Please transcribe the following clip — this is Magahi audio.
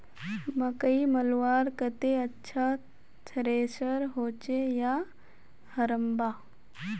मकई मलवार केते अच्छा थरेसर होचे या हरम्बा?